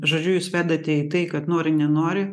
žodžiu jūs vedate į tai kad nori nenori